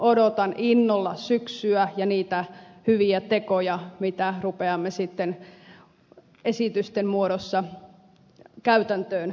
odotan innolla syksyä ja niitä hyviä tekoja mitä rupeamme sitten esitysten muodossa käytäntöön pistämään